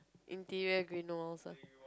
interior green walls ah